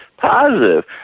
positive